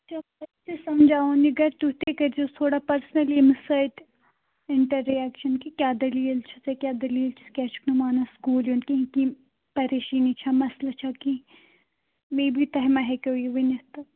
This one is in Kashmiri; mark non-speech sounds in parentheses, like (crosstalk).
(unintelligible) سَمجاوُن یہِ گَرِ تُہۍ تہِ کٔرۍزیٚو تھوڑا پٔرسٕنَلی أمِس سۭتۍ اِنٹَریکشَن کہِ کیٛاہ دٔلیٖل چھِ ژےٚ کیٛاہ دٔلیٖل چھِ کیٛاہ چھُکھ نہٕ مانان سکوٗل یُن ییٚمہِ کِنۍ پریشٲنی چھا مَسلہٕ چھا کیٚنٛہہ مےَ بی تۄہہِ ما ہیٚکو یہِ ؤنِتھ تہٕ